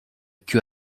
queue